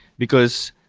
because,